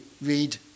read